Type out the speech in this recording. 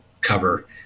cover